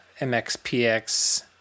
MXPX